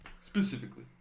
Specifically